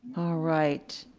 right,